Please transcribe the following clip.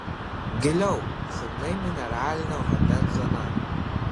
giliau silpnai mineralinio vandens zona